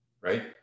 right